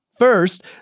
First